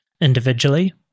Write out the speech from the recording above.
individually